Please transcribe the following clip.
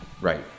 Right